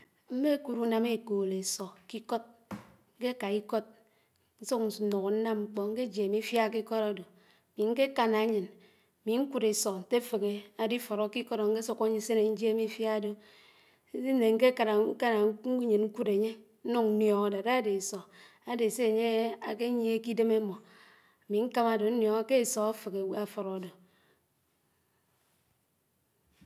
Mmékúd únám ékódó ésó k'ód, ñkéká ikód, ñsúk ñnúhú m̃ám mkpó, n̄ké jiém ifiá k'ikód ádó, ámi ñké káná ányén ámi ñkúd ésó ñtéféhé ádifúró k'ikod áñkésúkó ñsiné ñjiém ifiá dó, ñkúd ányé, ñnúñ ñnióñó dát ádé ésó, ádé sé ányé ákéyié k'idém ámmó, ámi ñkámádé ñniónó ké ésó áféhé áfúró ádó